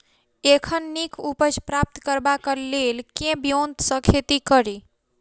एखन नीक उपज प्राप्त करबाक लेल केँ ब्योंत सऽ खेती कड़ी?